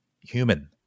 human